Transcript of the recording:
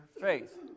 faith